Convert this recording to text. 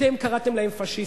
אתם קראתם להם פאשיסטים,